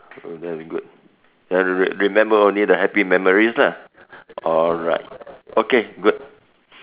oh very good ya re~ remember only the happy memories lah alright okay good